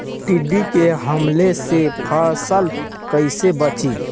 टिड्डी के हमले से फसल कइसे बची?